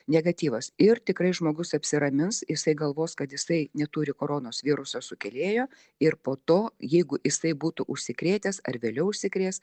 negatyvas ir tikrai žmogus apsiramins jisai galvos kad jisai neturi koronos viruso sukėlėjo ir po to jeigu jisai būtų užsikrėtęs ar vėliau užsikrės